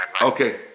Okay